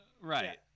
Right